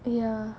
ya